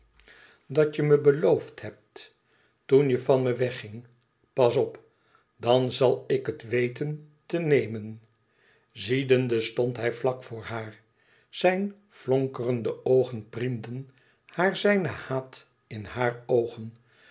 dat je me beloofd hebt toen je van me wegging pas op dan zal ik het weten te nemen ziedende stond hij vlak voor haar zijn flonkerende oogen priemden haar zijne haat in hàar oogen